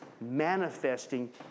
manifesting